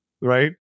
Right